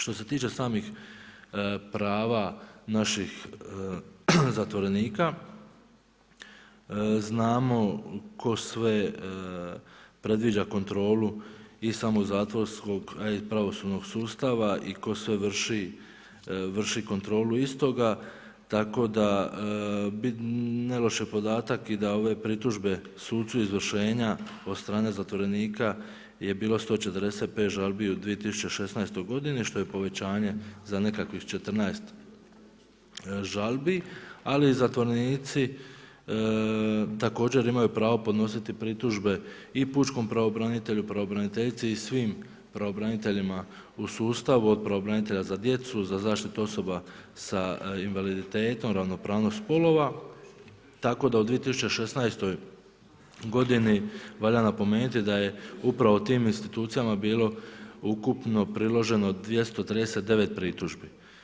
Što se tiče samih prava naših zatvorenika, znamo tko sve predviđa kontrolu iz samog zatvorskog a i pravosudnog sustava i tko sve vrši kontrolu istoga, tako i neloši podatak i da ove pritužbe sucu izvršenja od strane zatvorenika je bilo 145 žalbi u 2016. godini što je povećanje za nekakvih 14 žalbi ali zatvorenici također imaju pravo podnositi pritužbe i pučkom pravobranitelju, pravobraniteljici i svim pravobraniteljima u sustavu, od pravobranitelja za djecu, za zaštitu osoba sa invaliditetom, ravnopravnost spolova tako da u 2016. godini valja napomenuti da je upravo tim institucijama bilo ukupno priloženo 239 pritužbi.